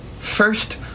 First